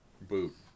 boot